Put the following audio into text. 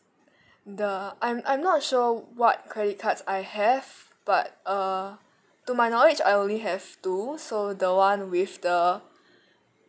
the I'm I'm not sure what credit cards I have but uh to my knowledge I only have two so the one with the